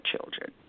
children